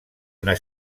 una